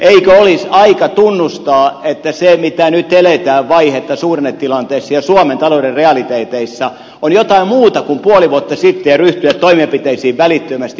eikö olisi aika tunnustaa että se vaihe mitä nyt eletään suhdannetilanteessa ja suomen talouden realiteeteissa on jotain muuta kuin puoli vuotta sitten ja ryhtyä toimenpiteisiin välittömästi